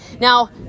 now